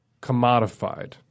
commodified